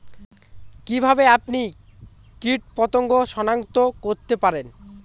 কিভাবে আপনি কীটপতঙ্গ সনাক্ত করতে পারেন?